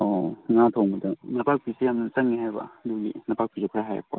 ꯑꯣ ꯉꯥ ꯊꯣꯡꯕꯗ ꯅꯄꯥꯛꯄꯤꯁꯦ ꯌꯥꯝ ꯆꯪꯏ ꯍꯥꯏꯕ ꯑꯗꯨ ꯅꯄꯥꯛꯄꯤꯁꯨ ꯈꯔ ꯍꯥꯏꯔꯛꯄ